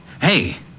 Hey